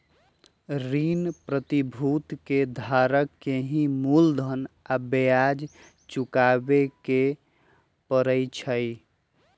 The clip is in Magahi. ऋण प्रतिभूति के धारक के ही मूलधन आ ब्याज चुकावे के परई छई